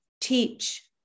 teach